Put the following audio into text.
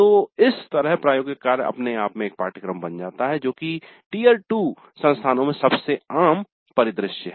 तो इस तरह प्रायोगिक कार्य अपने आप में एक पाठ्यक्रम बन जाती है जो कि टियर 2 संस्थानों में सबसे आम परिदृश्य है